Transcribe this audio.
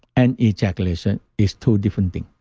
and ejaculation is two different things.